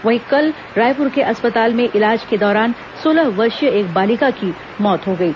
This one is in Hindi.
वहीं कल रायपुर के अस्पताल में इलाज के दौरान सोलह वर्षीय एक बालिका की मौत हो गई थी